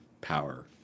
power